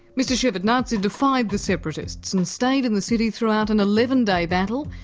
mr shevardnadze defied the separatists and stayed in the city throughout an eleven day battle,